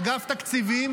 אגף תקציבים